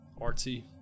Artsy